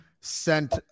sent